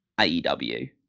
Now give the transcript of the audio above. AEW